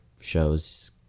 shows